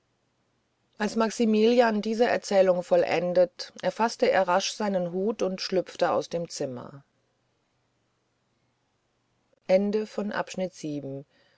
als maximilian diese erzählung vollendet erfaßte er rasch seinen hut und schlüpfte aus dem zimmer